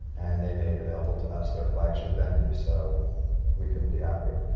and they made available to us their flagship venue, so we couldn't be happier.